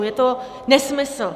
Je to nesmysl.